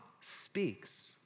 speaks